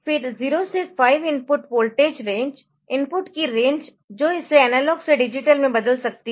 फिर 0 से 5 input voltage range input की रेंज जो इसे एनालॉग से डिजिटल में बदल सकती है